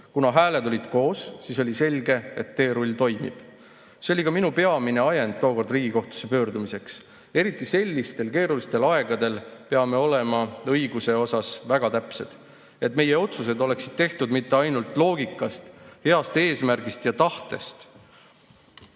Kuna hääled olid koos, siis oli selge, et teerull toimib. See oli ka minu peamine ajend tookord Riigikohtusse pöördumiseks. Eriti sellistel keerulistel aegadel peame olema õiguse kohapealt väga täpsed, et meie otsused oleksid tehtud mitte ainult loogikast, heast eesmärgist ja tahtest,